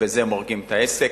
ובזה הם הורגים את העסק.